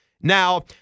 Now